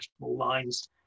lines